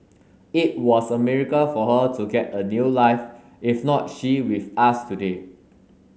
it was a miracle for her to get a new life if not she with us today